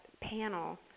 panel